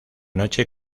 noche